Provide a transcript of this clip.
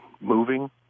moving